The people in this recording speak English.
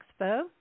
Expo